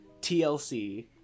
TLC